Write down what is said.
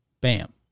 bam